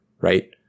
right